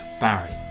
Barry